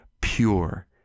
pure